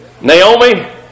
Naomi